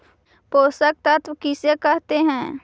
पोषक तत्त्व किसे कहते हैं?